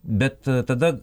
bet tada